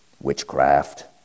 witchcraft